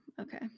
Okay